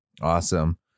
Awesome